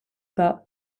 pas